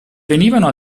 venivano